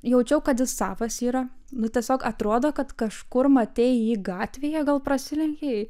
jaučiau kad jis savas yra nu tiesiog atrodo kad kažkur matei jį gatvėje gal prasilenkei